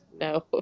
No